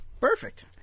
Perfect